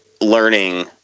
learning